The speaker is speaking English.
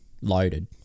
loaded